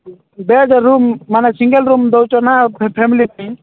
bed room ମାନେ single room ଦେଉଛ ନା ଫ୍ୟାମିଲି ପାଇଁ